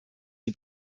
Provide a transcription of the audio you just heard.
die